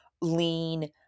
lean